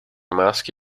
maschi